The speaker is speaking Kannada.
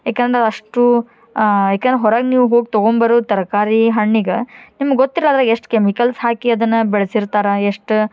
ಏಕಂದ್ರೆ ಅಷ್ಟು ಏಕಂದ್ರೆ ಹೊರಗೆ ನೀವು ಹೋಗಿ ತೊಗೊಂಡ್ಬರೊ ತರಕಾರಿ ಹಣ್ಣಿಗೆ ನಿಮಗೆ ಗೊತ್ತಿರಲ್ಲ ಅದ್ರಗೆ ಎಷ್ಟು ಕೆಮಿಕಲ್ಸ್ ಹಾಕಿ ಅದನ್ನು ಬೆಳ್ಸಿರ್ತಾರೆ ಎಷ್ಟು